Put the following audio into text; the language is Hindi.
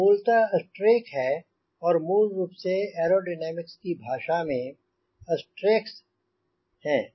यह मूलतः स्ट्रेक हैं और मूल रूप से ऐरोडीनमिक्स की भाषा में स्ट्रेकस हैं